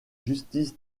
justice